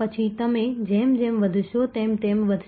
પછી તમે જેમ જેમ વધશો તેમ તેમ વધશે